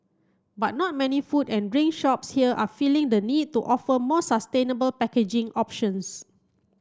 but not many food and drink shops here are feeling the need to offer more sustainable packaging options